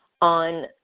on